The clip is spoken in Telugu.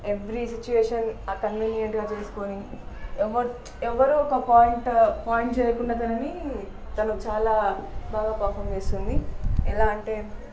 ఎవ్రీ సిట్యుయేషన్ ఆ కన్వీనియంట్గా చేసుకుని ఎవరు ఎవరు ఒక పాయింట్ పాయింట్ చేయకుండా తనని తను చాలా బాగా పర్ఫార్మ్ చేస్తుంది ఎలా అంటే